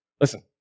Listen